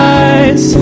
eyes